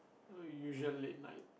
uh usual late night